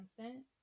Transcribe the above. constant